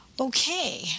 Okay